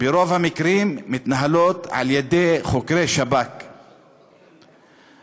ברוב המקרים מתנהלות על-ידי חוקרי שב"כ, ואז,